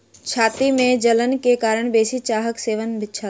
छाती में जलन के कारण बेसी चाहक सेवन छल